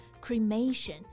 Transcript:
Cremation